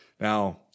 Now –